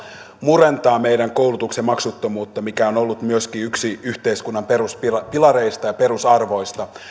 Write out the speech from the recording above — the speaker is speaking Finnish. murentaa meidän koulutuksen maksuttomuutta mikä on ollut myöskin yksi yhteiskunnan peruspilareista ja perusarvoista